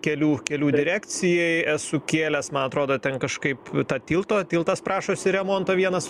kelių kelių direkcijai esu kėlęs man atrodo ten kažkaip tą tilto tiltas prašosi remonto vienas